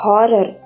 Horror –